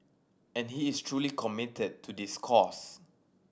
and he is truly committed to this cause